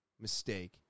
mistake